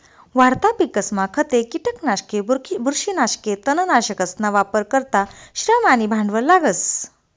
वाढता पिकसमा खते, किटकनाशके, बुरशीनाशके, तणनाशकसना वापर करता श्रम आणि भांडवल लागस